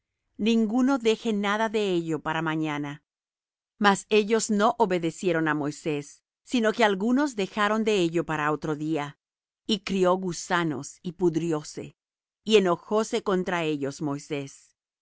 ninguno deje nada de ello para mañana mas ellos no obedecieron á moisés sino que algunos dejaron de ello para otro día y crió gusanos y pudrióse y enojóse contra ellos moisés